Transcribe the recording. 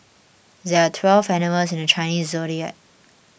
there are twelve animals in the Chinese zodiac